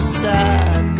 sad